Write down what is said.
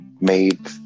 made